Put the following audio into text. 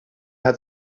hat